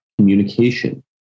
communication